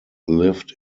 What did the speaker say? lived